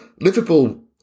Liverpool